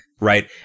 right